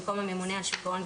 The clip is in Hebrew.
במקום "הממונה על שוק ההון,